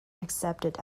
accepted